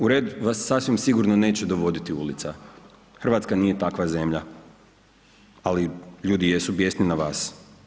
U red vas sasvim sigurno neće dovoditi ulica, Hrvatska nije takva zemlja, ali ljudi jesu bjesni na vas.